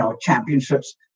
championships